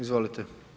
Izvolite.